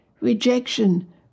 rejection